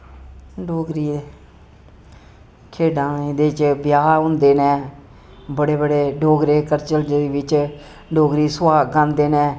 डोगरी एह् खेढां एह्दे च ब्याह् होंदे नै बड़े बड़े डोगरे कल्चर दे बिच्च डोगरी सोहाग गांदे नै